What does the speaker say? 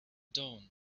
dawn